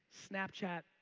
snapchat.